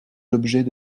l’objet